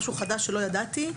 משהו חדש שלא ידעתי,